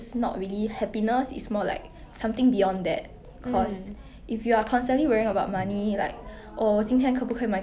mm